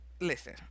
listen